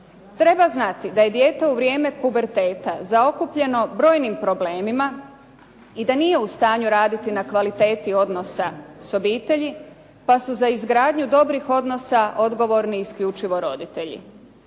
Treba znati da je dijete u vrijeme puberteta zaokupljeno brojnim problemima i da nije u stanju raditi na kvaliteti odnosa s obitelji pa su za izgradnju dobrih odnosa odgovorni isključivo roditelji.